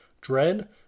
Dread